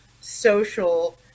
social